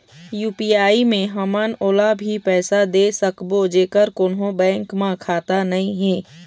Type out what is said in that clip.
UPI मे हमन ओला भी पैसा दे सकबो जेकर कोन्हो बैंक म खाता नई हे?